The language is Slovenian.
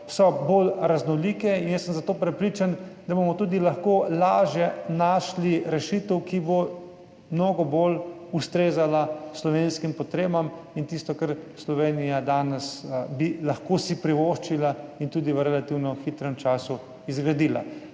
so bolj raznolike in jaz sem zato prepričan, da bomo tudi lažje našli rešitev, ki bo mnogo bolj ustrezala slovenskim potrebam in tistemu, kar bi si Slovenija danes lahko privoščila in tudi v relativno hitrem času zgradila.